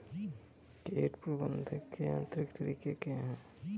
कीट प्रबंधक के यांत्रिक तरीके क्या हैं?